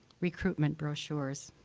recruitment brochures.